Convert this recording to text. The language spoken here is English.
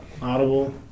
Audible